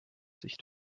sich